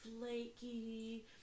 flaky